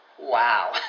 wow